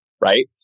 right